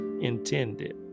intended